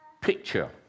picture